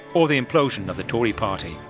nor the implosion of the tory party.